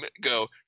go